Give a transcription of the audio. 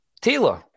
Taylor